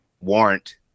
warrant